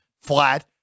flat